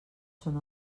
són